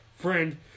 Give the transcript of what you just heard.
friend